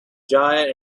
giant